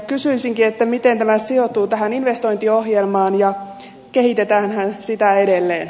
kysyisinkin miten tämä sijoittuu tähän investointiohjelmaan ja kehitetäänhän sitä edelleen